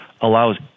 allows